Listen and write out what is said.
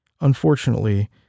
Unfortunately